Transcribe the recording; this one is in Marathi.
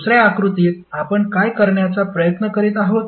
दुसर्या आकृतीत आपण काय करण्याचा प्रयत्न करीत आहोत